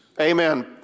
Amen